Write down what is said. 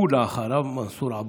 ואחריו, מנסור עבאס.